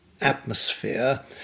atmosphere